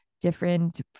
different